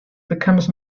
becomes